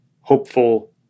hopeful